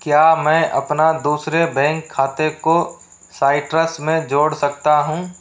क्या मैं अपना दूसरे बैंक खाते को साइट्रस में जोड़ सकता हूँ